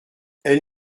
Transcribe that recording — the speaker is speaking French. elle